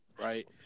right